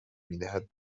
میدهد